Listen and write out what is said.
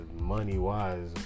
Money-wise